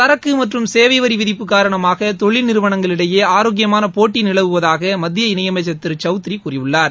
சரக்குமற்றும் சேவைவரிவிதிப்பு காரணமாகதொழில் நிறுவனங்களிடையே ஆரோக்கியமானபோட்டிநிலவுவதாகமத்திய இணயமைச்சர் திருசௌத்ரிகூறியுள்ளார்